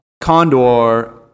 Condor